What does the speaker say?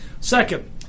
Second